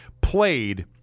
played –